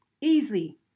Easy